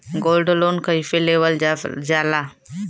Gold loan कईसे लेवल जा ला?